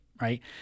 right